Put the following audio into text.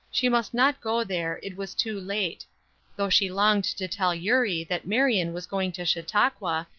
she must not go there, it was too late though she longed to tell eurie that marion was going to chautauqua,